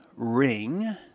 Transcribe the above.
ring